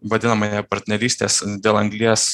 vadinamąją partnerystės dėl anglies